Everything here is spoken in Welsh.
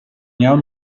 iawn